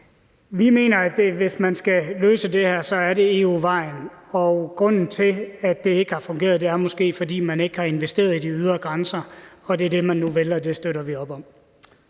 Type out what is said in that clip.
Vi mener, at det, hvis man skal løse det her, så er ad EU-vejen, og grunden til, at det ikke har fungeret, er måske, at man ikke har investeret i de ydre grænser. Det er det, man nu vælger at gøre, og det støtter vi op om.